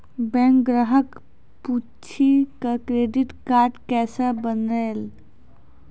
Bank ग्राहक पुछी की क्रेडिट कार्ड केसे बनेल?